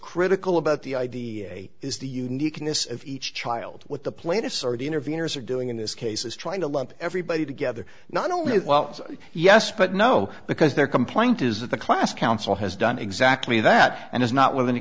critical about the idea is the uniqueness of each child what the plaintiffs already interveners are doing in this case is trying to lump everybody together not only well yes but no because their complaint is that the class council has done exactly that and is not willing to